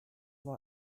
war